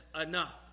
enough